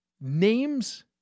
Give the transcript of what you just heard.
names